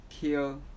kill